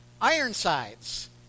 Ironsides